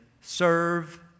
serve